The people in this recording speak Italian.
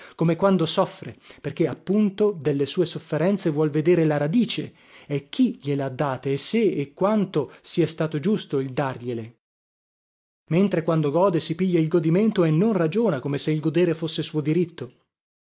come quando soffre perché appunto delle sue sofferenze vuol veder la radice e chi gliele ha date e se e quanto sia stato giusto il dargliele mentre quando gode si piglia il godimento e non ragiona come se il godere fosse suo diritto